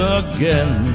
again